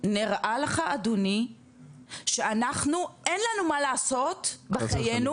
נראה לך אדוני שאנחנו אין לנו מה לעשות בחיינו